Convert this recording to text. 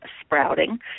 sprouting